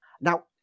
Now